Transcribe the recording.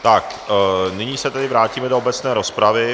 Tak nyní se tedy vrátíme do obecné rozpravy.